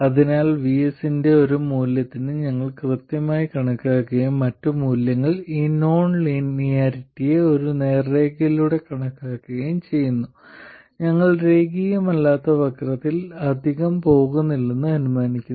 അതിനാൽ VS ന്റെ ഒരു മൂല്യത്തിന് ഞങ്ങൾ കൃത്യമായി കണക്കാക്കുകയും മറ്റ് മൂല്യങ്ങൾ ഈ നോൺ ലീനിയാരിറ്റിയെ ഒരു നേർരേഖയിലൂടെ കണക്കാക്കുകയും ചെയ്യുന്നു ഞങ്ങൾ രേഖീയമല്ലാത്ത വക്രത്തിൽ അധികം പോകുന്നില്ലെന്ന് അനുമാനിക്കുന്നു